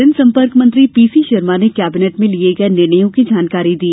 जनसंपर्क मंत्री पीसी शर्मा ने केबिर्नेट में लिए गये निर्णयों जानकारी दी